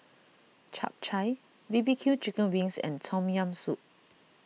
Chap Chai B B Q Chicken Wings and Tom Yam Soup